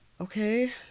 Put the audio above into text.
okay